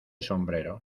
sombrero